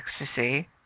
Ecstasy